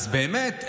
אז באמת,